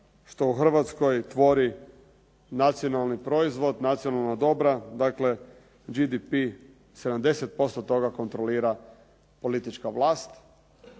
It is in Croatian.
što u Hrvatskoj tvori nacionalni proizvod, nacionalna dobra. Dakle, JDP 70% toga kontrolira politička vlast,